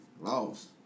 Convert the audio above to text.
Lost